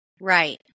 right